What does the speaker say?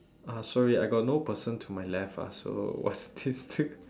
ah sorry I got no person to my left ah so what's